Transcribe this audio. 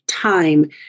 time